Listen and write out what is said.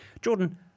Jordan